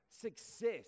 Success